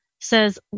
says